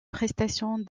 prestations